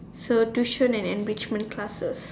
so tuition and enrichment classes